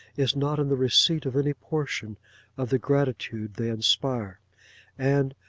is not in the receipt of any portion of the gratitude they inspire and,